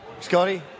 Scotty